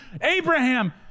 abraham